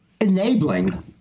enabling